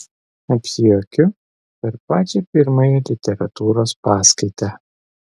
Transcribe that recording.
apsijuokiu per pačią pirmąją literatūros paskaitą